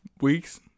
Weeks